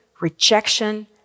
rejection